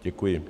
Děkuji.